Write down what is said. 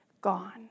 gone